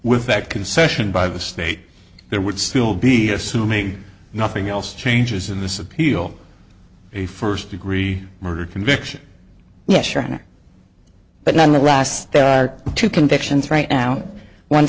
with that concession by the state there would still be assuming nothing else changes in this appeal a first degree murder conviction yes your honor but nonetheless there are two convictions right now one